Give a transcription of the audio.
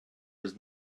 was